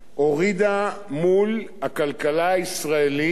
הוריד מול הכלכלה הישראלית